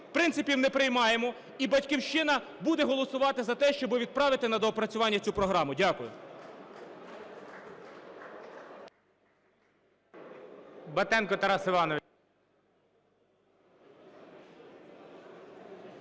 принципів не приймаємо. І "Батьківщина" буде голосувати за те, щоби відправити на доопрацювання цю програму. Дякую.